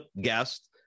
guest